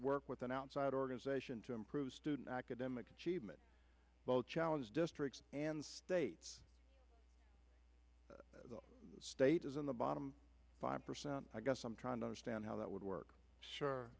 work with an outside organization to improve student academic achievement challenge districts and states the state is in the bottom five percent i guess i'm trying to understand how that would work